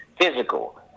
physical